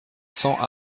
cents